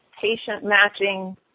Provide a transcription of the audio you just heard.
patient-matching